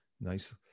nice